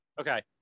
okay